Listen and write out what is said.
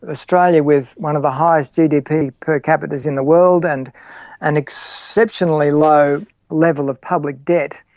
australia, with one of the highest gdp per capitas in the world and an exceptionally low level of public debt,